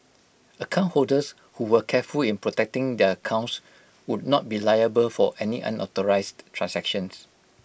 account holders who were careful in protecting their accounts would not be liable for any unauthorised transactions